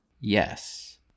Yes